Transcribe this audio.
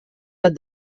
blat